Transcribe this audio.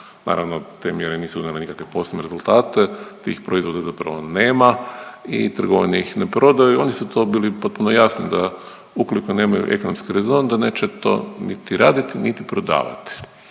Naravno te mjere nisu donijele nikakve posebne rezultate, tih proizvoda zapravo nema i trgovine ih ne prodaju. Oni su to bili potpuno jasni da ukoliko nemaju ekonomski rezon da neće to niti raditi, niti prodavati.